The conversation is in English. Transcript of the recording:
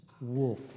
wolf